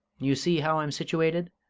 you see how i'm situated?